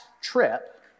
trip